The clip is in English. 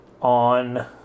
on